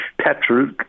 petrol